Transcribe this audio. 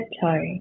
toe